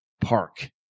Park